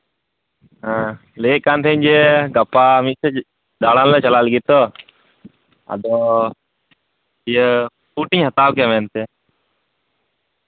ᱦᱮᱸ ᱞᱟᱹᱭ ᱮᱫ ᱠᱟᱱ ᱛᱟᱸᱦᱮᱱ ᱡᱮ ᱜᱟᱯᱟ ᱢᱤᱫᱥᱮᱡ ᱫᱟᱬᱟᱱ ᱞᱮ ᱪᱟᱞᱟᱜ ᱞᱟᱹᱜᱤᱫ ᱛᱚ ᱟᱫᱚ ᱤᱭᱟᱹ ᱥᱩᱴ ᱤᱧ ᱦᱟᱛᱟᱣ ᱠᱮᱭᱟ ᱢᱮᱱᱛᱮ